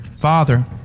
father